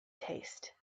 taste